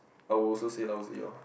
I will also say lousy orh